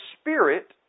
Spirit